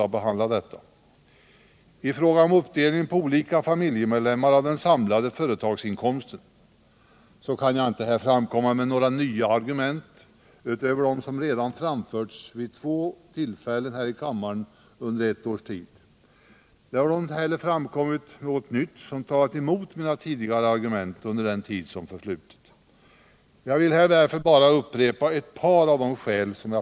Vad gäller frågan om uppdelningen på olika familjemedlemmar av den samlade företagsinkomsten kan jag här inte anföra några nya argument utöver dem som redan framförts vid två tillfällen under ett års tid här 81 i kammaren. Det har heller inte under den tid som förflutit framkommit något nytt som talar emot mina tidigare argument, och jag vill därför bara upprepa ett par av dem.